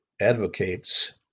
advocates